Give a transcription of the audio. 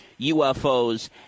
UFOs